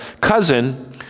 cousin